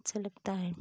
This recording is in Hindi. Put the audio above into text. अच्छा लगता है